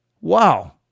wow